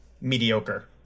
mediocre